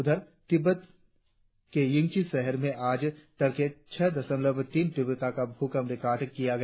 उधर तिब्बत के यिंगची शहर में आज तड़के छह दशमलव तीन तीव्रता का भूकंप रिकॉर्ड किया गया